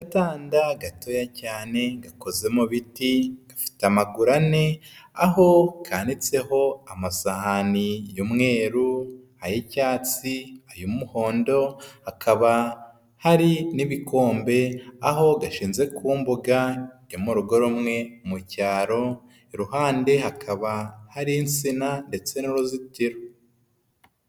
Agatanda gatoya cyane gakoze mu biti gafite amaguru ane, aho kanitseho amasahani y'umweru ay'icyatsi ay'umuhondo, hakaba hari n'ibikombe aho gashinze ku mbuga yo mu rugo rumwe mu cyaro ku ruhande hakaba hari insina ndetse n'uruzitiro.